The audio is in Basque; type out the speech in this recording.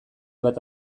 bat